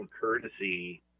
courtesy